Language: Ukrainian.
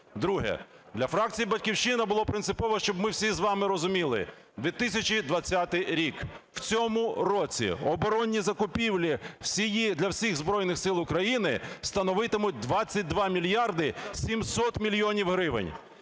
Друге. Для фракції "Батьківщина" було принципово, щоб ми всі з вами розуміли, 2020 рік - в цьому році оборонні закупівлі для всіх Збройних сил України становитимуть 22 мільярди 700 мільйонів гривень.